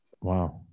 Wow